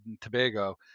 Tobago